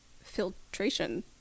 filtration